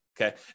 okay